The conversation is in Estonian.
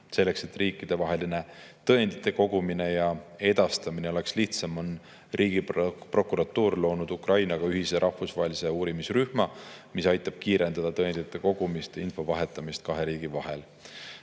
Selleks, et riikidevaheline tõendite kogumine ja edastamine oleks lihtsam, on Riigiprokuratuur loonud Ukrainaga ühise rahvusvahelise uurimisrühma, mis aitab kiirendada tõendite kogumist ja info vahetamist kahe riigi vahel.